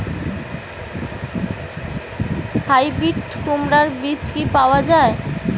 Hybrid কুমড়ার বীজ কি পাওয়া য়ায়?